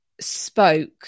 spoke